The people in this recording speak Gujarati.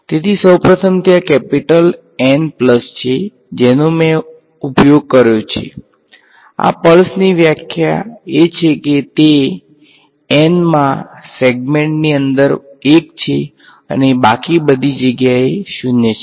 તેથી સૌપ્રથમ ત્યાં કેપિટલ N પ્લસ છે જેનો મેં ઉપયોગ કર્યો છે આ પલ્સ ની વ્યાખ્યા એ છે કે તે n માં સેગમેન્ટની અંદર 1 છે અને બાકી બધી જગ્યાએ 0 છે